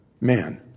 man